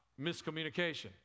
miscommunication